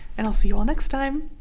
and i'll see you all next time.